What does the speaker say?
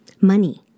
Money